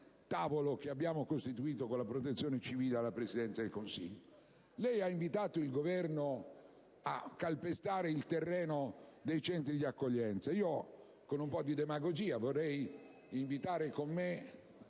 tavolo costituito con la Protezione civile alla Presidenza del Consiglio. Lei ha invitato il Governo a calpestare il terreno dei centri di accoglienza: io, con un po' di demagogia, vorrei invitarla a